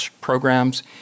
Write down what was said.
programs